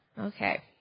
Okay